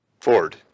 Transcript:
Ford